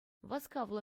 васкавлӑ